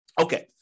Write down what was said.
Okay